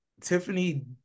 Tiffany